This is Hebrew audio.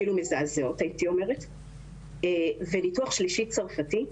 אפילו מזעזעות וניתוח שלישי צרפתי,